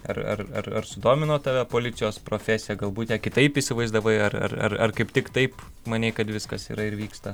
ar ar ar ar sudomino tave policijos profesija galbūt ją kitaip įsivaizdavai ar ar ar ar kaip tik taip manei kad viskas yra ir vyksta